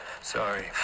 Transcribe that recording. Sorry